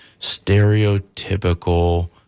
stereotypical